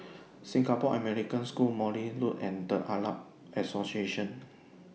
Singapore American School Morley Road and The Arab Association